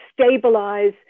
stabilize